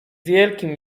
wielkim